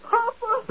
Papa